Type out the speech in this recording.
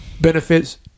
Benefits